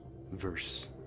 verse